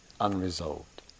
unresolved